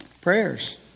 Prayers